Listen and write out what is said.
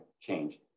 change